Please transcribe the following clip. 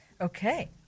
Okay